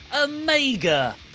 Omega